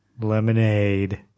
lemonade